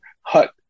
hut